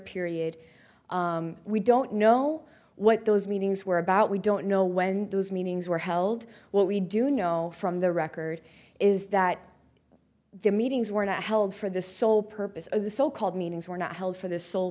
period we don't know what those meetings were about we don't know when those meetings were held what we do know from the record is that the meetings were not held for the sole purpose of the so called meetings were not held for the sole